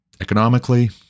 economically